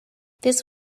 this